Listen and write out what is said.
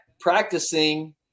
practicing